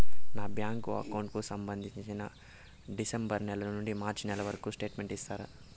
నా bank account కు సంబంధించి డిసెంబరు నెల నుండి మార్చి నెలవరకు స్టేట్మెంట్ ఇస్తారా?